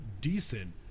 decent